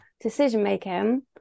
decision-making